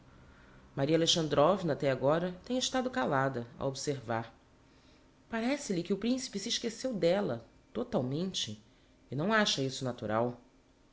maria alexandrovna até agora tem estado caláda a observar parece-lhe que o principe se esqueceu d'ella totalmente e não acha isso natural